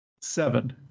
seven